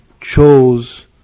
chose